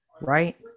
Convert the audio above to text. right